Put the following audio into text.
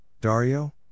Dario